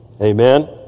Amen